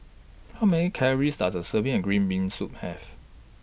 How Many Calories Does A Serving of Green Bean Soup Have